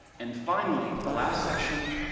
and finally, the last section